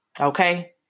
Okay